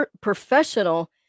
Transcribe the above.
professional